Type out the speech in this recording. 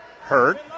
Hurt